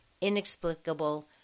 inexplicable